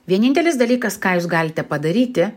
vienintelis dalykas ką jūs galite padaryti